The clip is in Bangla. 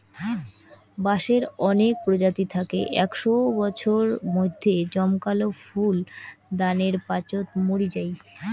বাঁশের অনেক প্রজাতি থাকি একশও বছর মইধ্যে জমকালো ফুল দানের পাচোত মরি যাই